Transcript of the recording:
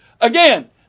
Again